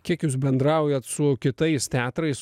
kiek jūs bendraujat su kitais teatrais